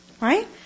Right